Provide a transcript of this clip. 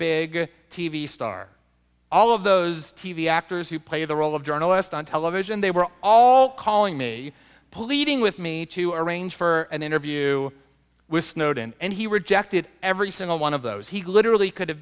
big t v star all of those t v actors who play the role of journalist on television they were all calling me policing with me to arrange for an interview with snowden and he rejected every single one of those he literally could have